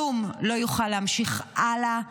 כלום לא יוכל להימשך הלאה,